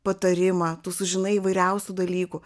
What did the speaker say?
patarimą tu sužinai įvairiausių dalykų